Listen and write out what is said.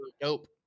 dope